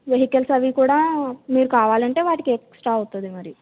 vehicles అవి కూడా మీరు కావాలంటే వాటికి ఎక్స్ట్రా అవుతుంది మరి